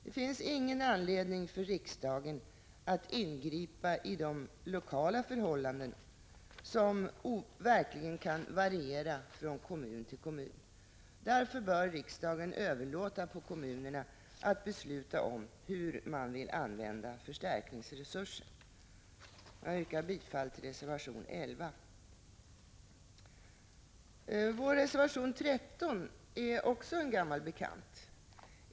Det finns ingen anledning för riksdagen att ingripa i de lokala förhållandena, som verkligen kan variera från kommun till kommun. Därför bör riksdagen överlåta på kommunerna att besluta om hur man vill använda förstärkningsresursen. Jag yrkar bifall till reservation 11. Vår reservation 13 är också en gammal bekant.